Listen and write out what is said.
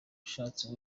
ushatse